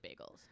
bagels